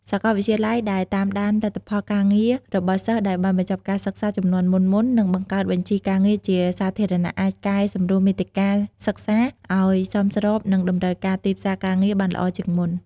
សាកលវិទ្យាល័យដែលតាមដានលទ្ធផលការងាររបស់សិស្សដែលបានបញ្ចប់ការសិក្សាជំនាន់មុនៗ និងបង្កើតបញ្ជីការងារជាសាធារណៈ អាចកែសម្រួលមាតិកាសិក្សាឲ្យសមស្របនឹងតម្រូវការទីផ្សារការងារបានល្អជាងមុន។